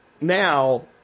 now